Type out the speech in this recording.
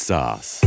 Sauce